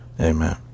Amen